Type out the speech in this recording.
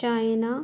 China